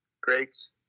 greats